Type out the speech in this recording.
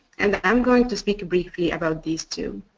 and i'm going to speak briefly about these two.